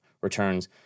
returns